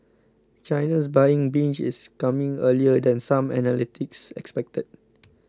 China's buying binge is coming earlier than some analysts expected